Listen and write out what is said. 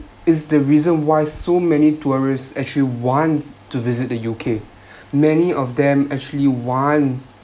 it's the reason why so many tourists actually want to visit the U_K many of them actually want